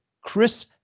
Chris